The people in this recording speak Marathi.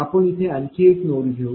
आपण इथे आणखी एक नोड घेऊ